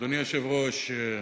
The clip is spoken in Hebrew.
אדוני היושב-ראש,